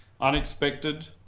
unexpected